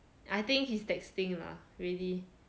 I think his texting lah really